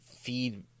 feed